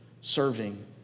serving